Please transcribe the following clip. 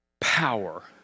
power